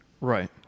Right